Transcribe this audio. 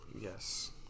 Yes